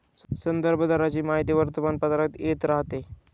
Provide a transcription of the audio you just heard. संदर्भ दराची माहिती वर्तमानपत्रात येत राहते